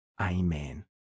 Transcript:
Amen